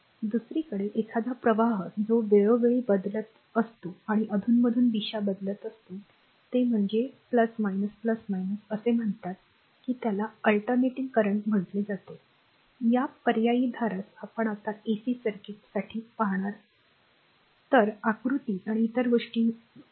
दुसरीकडे एखादा प्रवाह जो वेळोवेळी बदलत असतो आणि अधूनमधून दिशा बदलत असतो ते म्हणजे असे म्हणतात की त्याला अल्टरनेटिंग करंट म्हटले जाते या पर्यायी धारास आपण आता एसी सर्किट साठी पाहणार नाही तर आकृती आणि इतर गोष्टीही पाहू